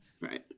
Right